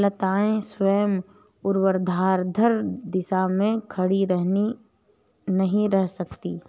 लताएं स्वयं ऊर्ध्वाधर दिशा में खड़ी नहीं रह सकती